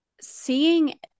seeing